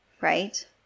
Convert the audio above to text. right